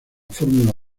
fórmula